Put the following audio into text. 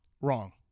Wrong